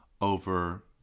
over